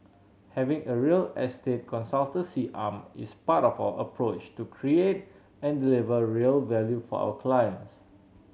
having a real estate consultancy arm is part of our approach to create and deliver real value for our clients